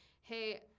hey